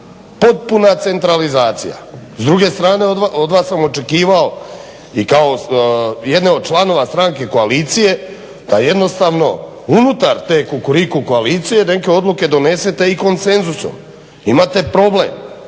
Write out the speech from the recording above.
Potpuna centralizacija. S druge strane od vas sam očekivao i kao jedne od članova stranke koalicije da jednostavno unutar te Kukuriku koalicije neke odluke donesete i konsenzusom. Imate problem.